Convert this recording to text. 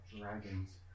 dragons